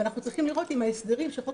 ואנחנו צריכים לראות אם ההסדרים שחוק